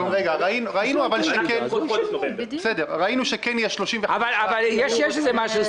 ראינו שכן יש 35%. אבל יש איזה משהו.